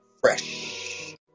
fresh